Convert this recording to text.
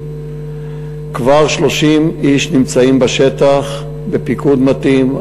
כבר 30 איש נמצאים בשטח בפיקוד מתאים,